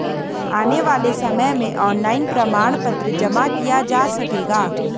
आने वाले समय में ऑनलाइन प्रमाण पत्र जमा किया जा सकेगा